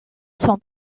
son